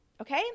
okay